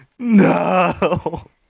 No